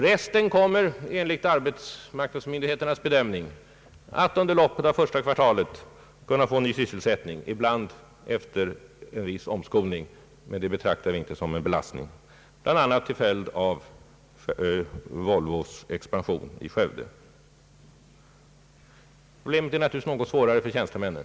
Resten kommer, enligt arbetsmarknadsmyndigheternas bedömning att under loppet av första kvartalet få ny sysselsättning — ibland efter en viss omskolning, men det betraktar vi inte som en belastning — bl.a. till följd av Volvos expansion i Skövde. Problemet är naturligtvis större för tjänstemännen.